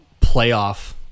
playoff